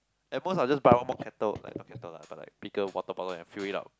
at most I'll just buy one more kettle like not kettle lah but like bigger water bottle and fill it up